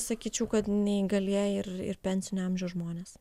sakyčiau kad neįgalieji ir ir pensinio amžiaus žmonės